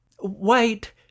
Wait